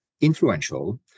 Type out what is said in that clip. influential